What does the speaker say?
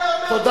תודה,